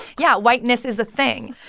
yeah, whiteness is a thing.